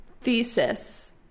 Thesis